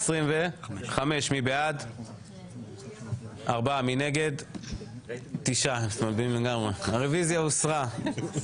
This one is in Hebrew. הצבעה בעד, 4 נגד, 9 נמנעים, אין